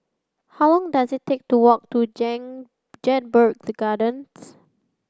how long does it take to walk to Jedburgh the Gardens